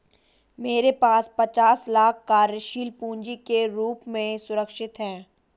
मेरे पास पचास लाख कार्यशील पूँजी के रूप में सुरक्षित हैं